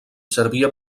servia